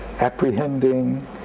apprehending